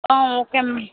ah okay ma'am